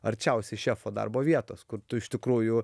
arčiausiai šefo darbo vietos kur tu iš tikrųjų